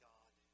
God